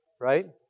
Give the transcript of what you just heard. right